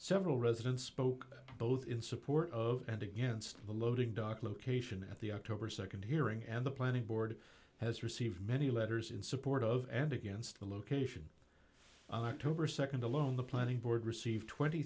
several residents spoke both in support of and against the loading dock location at the october nd hearing and the planning board has received many letters in support of and against the location over nd alone the planning board received twenty